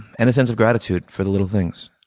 and a sense of gratitude for the little things.